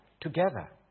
together